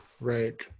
right